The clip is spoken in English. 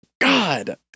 God